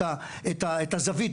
את הזווית,